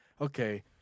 okay